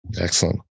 excellent